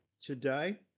today